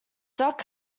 duck